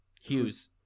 Hughes